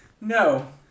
No